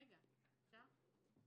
רגע, אפשר להמשיך?